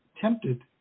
tempted